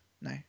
no